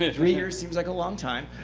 ah three years seems like a long time.